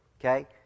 okay